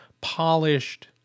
polished